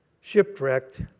shipwrecked